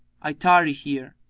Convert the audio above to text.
i tarry here.